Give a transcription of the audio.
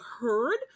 heard